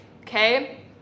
okay